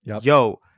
Yo